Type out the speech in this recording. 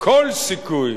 כל סיכוי